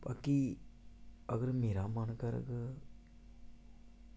बल्के मेरा मन करग